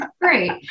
great